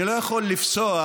אני לא יכול לפסוח,